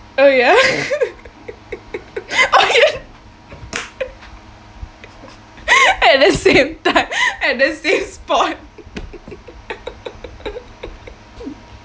oh ya oh ya at the same time at the same spot